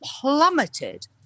plummeted